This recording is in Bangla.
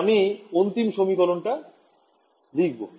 তাই আমি অন্তিম সমীকরণ টা লিখব